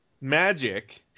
magic